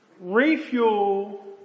refuel